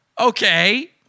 Okay